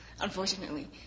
unfortunately